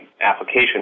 application